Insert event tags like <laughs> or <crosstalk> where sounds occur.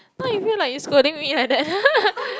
now you feel like you scolding me like that <laughs>